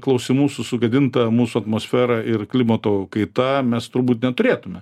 klausimų su sugadinta mūsų atmosfera ir klimato kaita mes turbūt neturėtume